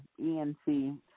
enc